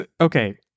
okay